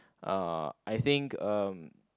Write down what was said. uh I think uh